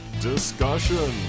Discussion